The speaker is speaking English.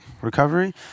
recovery